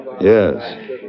Yes